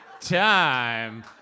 Time